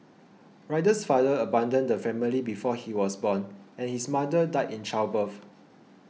riddle's father abandoned the family before he was born and his mother died in childbirth